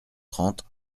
trente